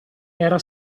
era